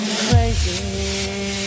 crazy